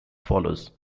follows